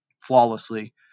flawlessly